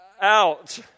out